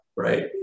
right